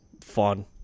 fun